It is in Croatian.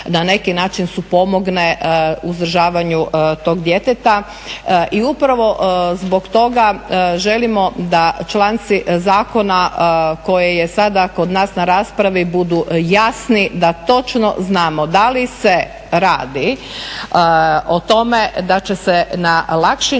na neki način supomogne uzdržavanju tog djeteta. I upravo zbog toga želimo da članci zakona koji je sada kod nas na raspravi budu jasni, da točno znamo da li se radi o tome da će se na lakši način